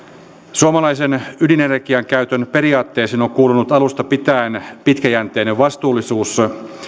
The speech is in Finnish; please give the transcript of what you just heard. suomalaisen ydinenergian käytön periaatteisiin on kuulunut alusta pitäen pitkäjänteinen vastuullisuus